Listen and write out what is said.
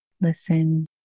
listen